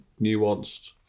nuanced